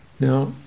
Now